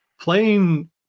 playing